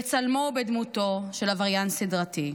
בצלמו ובדמותו של עבריין סדרתי.